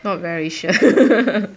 not very sure